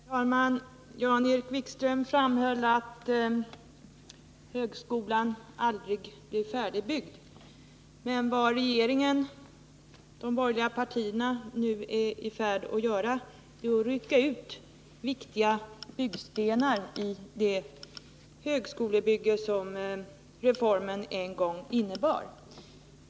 Herr talman! Jan-Erik Wikström framhöll att högskolan aldrig blir färdigbyggd. Men vad regeringen och de borgerliga partierna nu är i färd med att göra är att rycka ut viktiga byggstenar ur det högskolebygge som reformen en gång innebar.